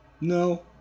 No